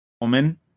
woman